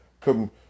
come